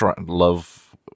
love